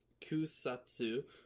Kusatsu